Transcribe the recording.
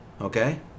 Okay